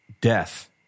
death